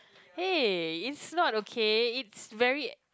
hey is not okay it's very